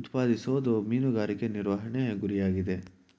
ಉತ್ಪಾದಿಸೋದು ಮೀನುಗಾರಿಕೆ ನಿರ್ವಹಣೆ ಗುರಿಯಾಗಿದೆ